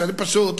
פשוט,